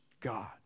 God